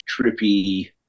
trippy